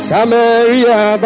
Samaria